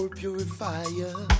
purifier